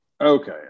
Okay